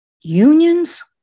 unions